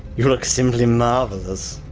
you look simply marvellous!